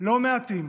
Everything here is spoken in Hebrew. לא מעטים